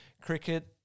Cricket